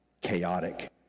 Chaotic